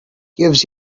gives